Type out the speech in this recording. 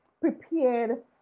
prepared